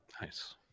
Nice